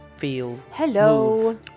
Hello